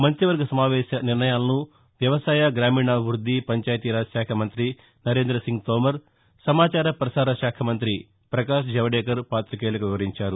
మంత్రివర్గ సమావేశ నిర్ణయాలను వ్యవసాయ గ్రామీణాభివృద్ది పంచాయతీరాజ్ శాఖ మంత్రి నరేంద్రసింగ్ తోమర్ సమాచార పసార శాఖ మంతి పకాశ్ జవదేవకర్ పాతికేయులకు వివరించారు